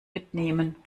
mitnehmen